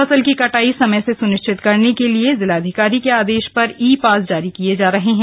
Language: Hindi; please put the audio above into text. फसल की कटाई समय से सुनिश्चित करने के लिए जिलाधिकारी के आदेश पर ई पास जारी किये जा रहे हैं